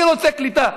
אני רוצה קליטה.